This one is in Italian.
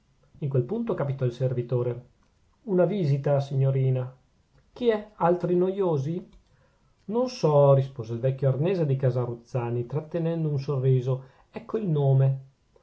in quel punto capitò il servitore una visita signorina chi è altri noiosi non so rispose il vecchio arnese di casa ruzzani trattenendo un sorriso ecco il nome